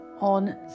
on